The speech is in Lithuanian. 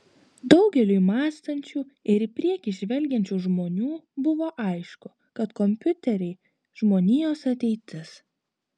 daugeliui mąstančių ir į priekį žvelgiančių žmonių buvo aišku kad kompiuteriai žmonijos ateitis